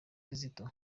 kizito